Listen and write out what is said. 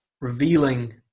revealing